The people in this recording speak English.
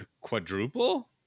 quadruple